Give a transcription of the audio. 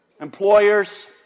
employers